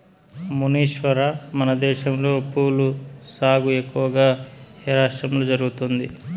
మునీశ్వర, మనదేశంలో పూల సాగు ఎక్కువగా ఏ రాష్ట్రంలో జరుగుతుంది